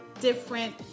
different